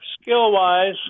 Skill-wise